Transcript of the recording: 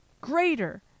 Greater